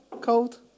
Cold